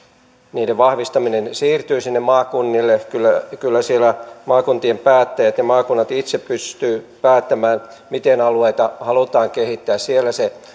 vahvistaminen siirtyy sinne maakunnille kyllä kyllä siellä maakuntien päättäjät ja maakunnat itse pystyvät päättämään miten alueita halutaan kehittää siellä ne